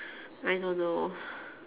I don't know